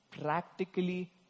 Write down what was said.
practically